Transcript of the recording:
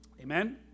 Amen